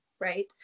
right